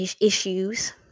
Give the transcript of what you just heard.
issues